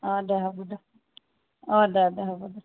দে হ'ব দে দে হ'ব দে